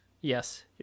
Yes